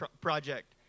project